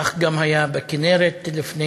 כך גם היה בכינרת לפני